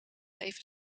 even